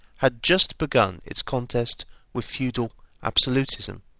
had just begun its contest with feudal absolutism.